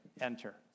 enter